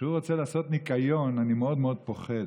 כשהוא רוצה לעשות ניקיון אני מאוד פוחד,